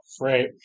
Right